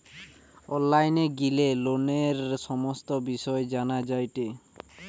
online গিলে লোনের সমস্ত বিষয় জানা যায়টে